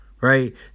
right